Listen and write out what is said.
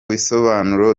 bisobanuro